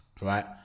right